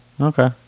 Okay